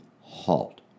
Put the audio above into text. halt